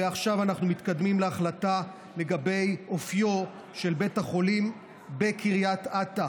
ועכשיו אנחנו מתקדמים להחלטה לגבי אופיו של בית החולים בקריית אתא.